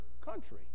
country